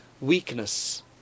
weakness